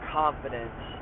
confidence